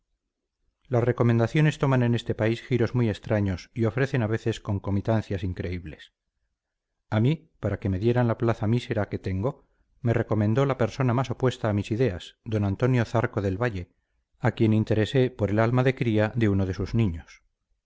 las recomendaciones toman en este país giros muy extraños y ofrecen a veces concomitancias increíbles a mí para que me dieran la plaza mísera que tengo me recomendó la persona más opuesta a mis ideas d antonio zarco del valle a quien interesé por el ama de cría de uno de sus niños